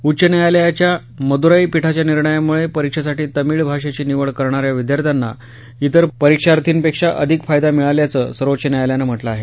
उच्च न्यायालयाच्या मदुराई पीठाच्या निर्णयामुळे परीक्षेसाठी तामिळ भाषेची निवड करणाऱ्या विद्यार्थ्यांना तिर परीक्षार्थीपेक्षा अधिक फायदा मिळाल्याचं सर्वोच्च न्यायालयानं म्हटलं आहे